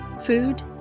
food